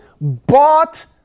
bought